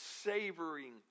savoring